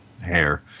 hair